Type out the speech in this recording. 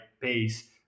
pace